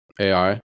AI